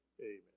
amen